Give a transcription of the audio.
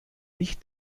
licht